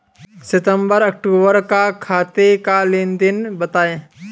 सितंबर अक्तूबर का खाते का लेनदेन बताएं